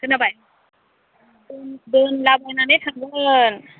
खोनाबाय दोनला बायनानै थांगोन